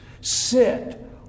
sit